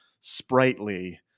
sprightly